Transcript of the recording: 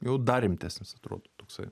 jau dar rimtesnis atrodo toksai